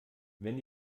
wenn